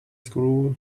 screw